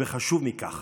וחשוב מכך,